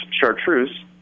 Chartreuse